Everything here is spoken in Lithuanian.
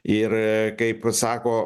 ir kaip sako